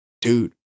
dude